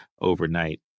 overnight